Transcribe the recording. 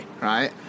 right